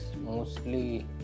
mostly